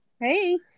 Hey